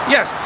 Yes